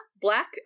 black